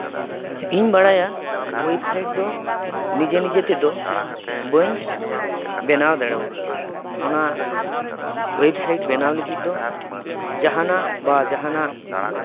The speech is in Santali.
ᱤᱧ ᱵᱟᱲᱟᱭᱟ ᱳᱭᱮᱵᱽᱥᱟᱭᱤᱴ ᱫᱚ ᱱᱤᱡᱮ ᱱᱤᱡᱮ ᱛᱮᱫᱚ ᱵᱟᱹᱧ ᱵᱮᱱᱟᱣ ᱫᱟᱲᱮᱭᱟᱜᱼᱟ ᱚᱱᱟ ᱳᱭᱮᱵᱽᱥᱟᱭᱤᱴ ᱵᱮᱱᱟᱣ ᱞᱟᱹᱜᱤᱫ ᱫᱚ ᱡᱟᱦᱟᱱᱟᱜ ᱵᱟᱝ ᱡᱟᱦᱟᱱᱟᱜ